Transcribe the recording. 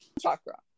chakra